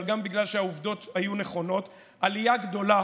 גם בגלל שהעובדות היו נכונות: עלייה גדולה